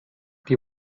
die